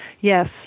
yes